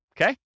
okay